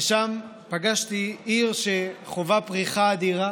ושם פגשתי עיר שחווה פריחה אדירה,